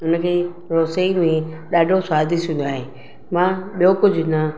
हुनखे रसोई में ॾाढो स्वादीष्ट हूंदो आहे मां ॿियो कुझु न